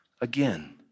again